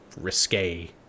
risque